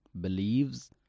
believes